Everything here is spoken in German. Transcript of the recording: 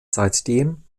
seitdem